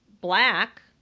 black